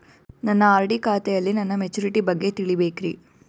ನನ್ನ ಆರ್.ಡಿ ಖಾತೆಯಲ್ಲಿ ನನ್ನ ಮೆಚುರಿಟಿ ಬಗ್ಗೆ ತಿಳಿಬೇಕ್ರಿ